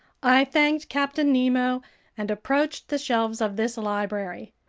i thanked captain nemo and approached the shelves of this library.